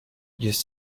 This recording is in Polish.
jest